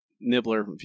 Nibbler